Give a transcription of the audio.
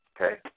Okay